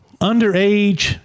underage